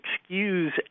excuse